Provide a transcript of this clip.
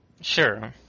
Sure